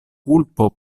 kulpo